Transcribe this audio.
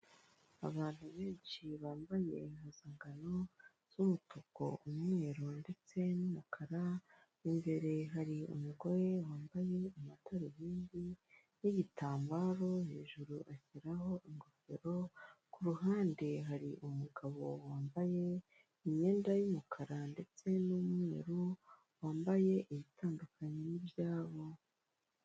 Abantu benshi bambaye impuzangano z'umutuku, umweru, ndetse n'umukara, imbere hari umugore wambaye amadarubindi n'igitambaro, hejuru ashyiraho ingofero, ku ruhande hari umugabo wambaye imyenda y'umukara ndetse n'umweru, wambaye ibitandukanye n'ibyabo.